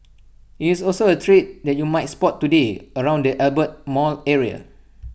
IT is also A trade that you might spot today around the Albert mall area